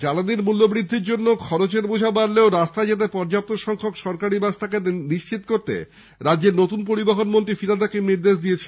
জালানির মূল্যবদ্ধির জন্য খরচের বোঝা বাড়লেও রাস্তায় যাতে পর্যাপ্ত সংখ্যক সরকারি বাস থাকে তা নিশ্চিত করতে রাজ্যের নতুন পরিবহণমন্ত্রী ফিরহাদ হাকিম নির্দেশ দিয়েছেন